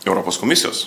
europos komisijos